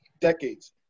decades